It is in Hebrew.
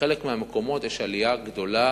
ובחלק מהמקומות יש עלייה גדולה,